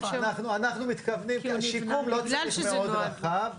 בגלל שזה נועד --- לא צריך שיקום מאוד רחב.